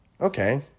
okay